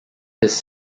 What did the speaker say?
his